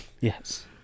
Yes